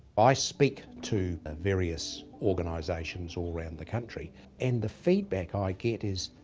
i speak to ah various organisations all round the country and the feedback i get is,